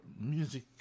music